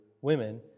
women